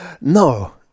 no